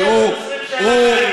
כי הוא,